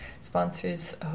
sponsors